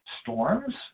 storms